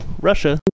Russia